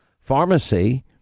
pharmacy